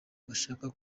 bashaka